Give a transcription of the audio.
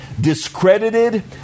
discredited